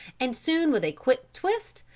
and soon with a quick twist,